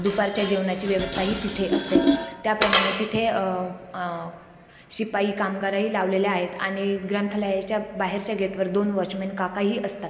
दुपारच्या जेवणाची व्यवस्थाही तिथे असते त्याप्रमाणे तिथे शिपाई कामगारही लावलेले आहेत आणि ग्रंथालयाच्या बाहेरच्या गेटवर दोन वॉचमेन काकाही असतात